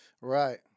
Right